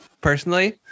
personally